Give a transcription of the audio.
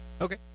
Okay